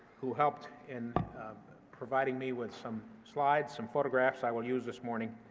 who helped in providing me with some slides, some photographs i will use this morning.